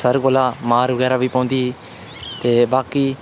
sir कोला मार बगैरा बी पौंदी ही ते बाकी